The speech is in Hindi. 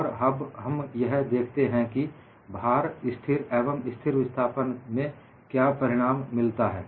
और अब हम यह देखते हैं कि स्थिर भार एवं स्थिर विस्थापन में क्या परिणाम मिलता है